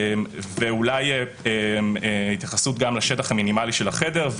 אולי גם התייחסות גם לשטח המינימלי של החדר,